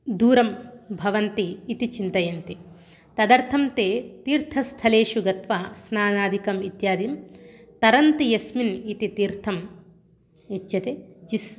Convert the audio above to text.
दूरं भवन्ति इति चिन्तयन्ति तदर्थं ते तीर्थस्थलेषु गत्वा स्नानादिकम् इत्यादीन् तरन्ति यस्मिन् इति तीर्थम् इच्छति जिस्